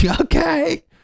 okay